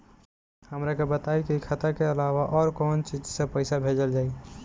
हमरा के बताई की खाता के अलावा और कौन चीज से पइसा भेजल जाई?